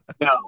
No